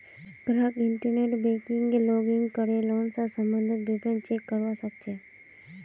ग्राहक इंटरनेट बैंकिंगत लॉगिन करे लोन स सम्बंधित विवरण चेक करवा सके छै